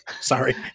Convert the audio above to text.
Sorry